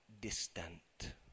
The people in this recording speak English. distant